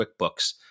QuickBooks